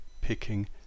picking